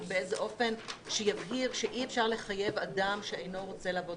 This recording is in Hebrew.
באיזה אופן שיבהירו שאי-אפשר לחייב אדם לעבוד בשבת,